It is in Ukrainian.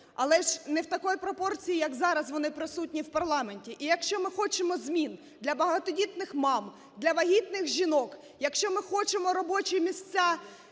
але ж не в такій пропорції, як зараз вони присутні в парламенті. І якщо ми хочемо змін для багатодітних мам, для вагітних жінок, якщо ми хочемо робочі місця